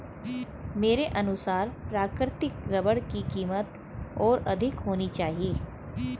मेरे अनुसार प्राकृतिक रबर की कीमत और अधिक होनी चाहिए